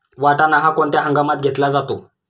वाटाणा हा कोणत्या हंगामात घेतला जातो?